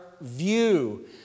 view